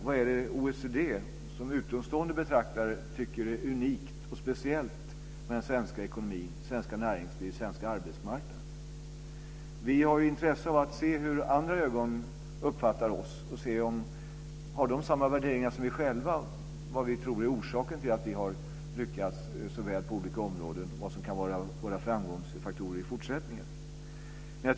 Vad är det som OECD som utomstående betraktare tycker är unikt och speciellt med den svenska ekonomin, det svenska näringslivet och den svenska arbetsmarknaden? Vi har ju intresse av att se hur andra ögon uppfattar oss och se om de har samma värderingar som vi själva när det gäller vad vi tror är orsaken till att vi har lyckats så väl på olika områden och vad som kan vara framgångsfaktorer i fortsättningen.